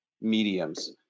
mediums